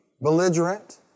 belligerent